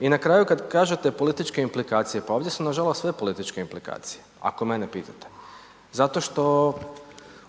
I na kraju kad kažete političke implikacije, pa ovdje su nažalost sve političke implikacije ako mene pitate zato što